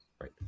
Right